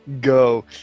go